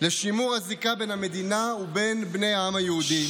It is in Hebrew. לשימור הזיקה של המדינה לבני העם היהודי